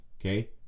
okay